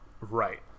right